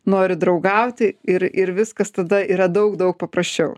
nori draugauti ir ir viskas tada yra daug daug paprasčiau